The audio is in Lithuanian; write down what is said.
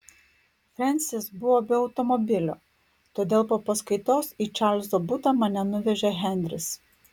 frensis buvo be automobilio todėl po paskaitos į čarlzo butą mane nuvežė henris